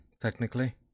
technically